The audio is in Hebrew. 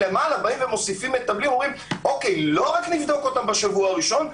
ומוסיפים ואומרים: לא רק נבדוק אותם בשבוע הראשון,